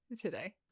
today